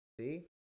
See